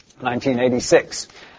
1986